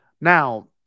Now